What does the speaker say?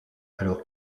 alors